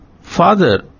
Father